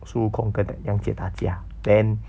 孙悟空跟那个杨戬打架 then